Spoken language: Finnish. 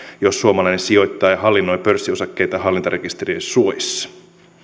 jos suomalainen sijoittaja hallinnoi pörssiosakkeita hallintarekisterin suojissa